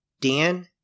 Dan